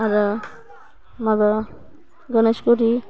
आरो माबा गनेसगुरि